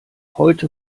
heute